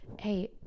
Hey